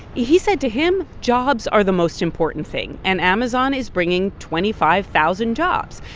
he said, to him, jobs are the most important thing. and amazon is bringing twenty five thousand jobs.